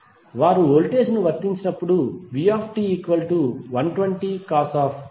వారు వోల్టేజ్ వర్తించినప్పుడు vt120cos 100πt 20°